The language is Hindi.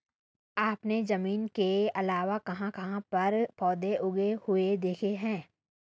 आपने जमीन के अलावा कहाँ कहाँ पर पौधे उगे हुए देखे हैं?